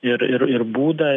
ir ir ir būdą